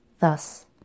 thus